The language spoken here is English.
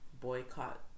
boycott